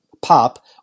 pop